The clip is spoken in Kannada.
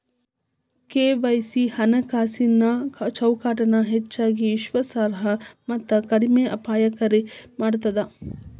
ಕೆ.ವಾಯ್.ಸಿ ಹಣಕಾಸಿನ್ ಚೌಕಟ್ಟನ ಹೆಚ್ಚಗಿ ವಿಶ್ವಾಸಾರ್ಹ ಮತ್ತ ಕಡಿಮೆ ಅಪಾಯಕಾರಿ ಮಾಡ್ತದ